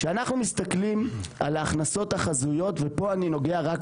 כשאנחנו מסתכלים על ההכנסות החזויות ופה אני נוגע רק